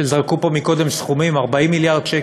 זרקו פה קודם סכומים: 40 מיליארד שקל.